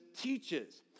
teaches